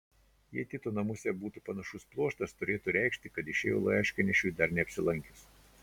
jei tito namuose būtų panašus pluoštas turėtų reikšti kad išėjo laiškanešiui dar neapsilankius